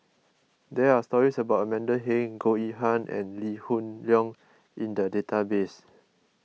there are stories about Amanda Heng Goh Yihan and Lee Hoon Leong in the database